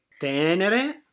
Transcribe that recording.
Tenere